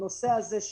הנושא הזה,